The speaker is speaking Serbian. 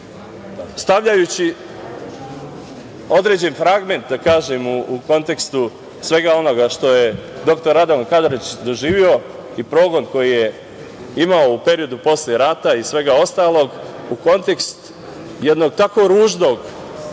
Stavljajući određen fragment, da kažem, u kontekstu svega onoga što je dr Radovan Karadžić doživeo i progon koji je imao u periodu posle rata i svega ostalog, u kontekst tako ružnog